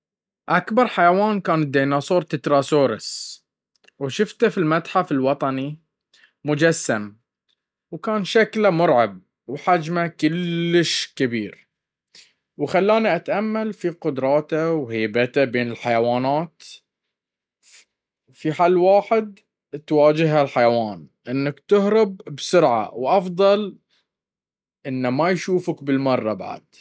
اكبر حيوان كان الديناصور تتراسوراس وشفته في المتحف الوطني مجسم وكان شكله مرعب وحجمه كلش كبير وخلاني اتأمل في قدراته وهيبته بين الحيوانات في حل واحد تواجه هالحيوان انك تهرب بسرعة وافضل انه ما يشوفك بالمرة بعد.